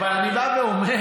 אבל אני בא ואומר,